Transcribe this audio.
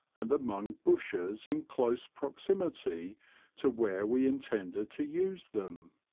and among bushes in close proximity to where we intended to use them.